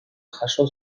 jaso